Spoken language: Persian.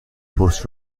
پرسش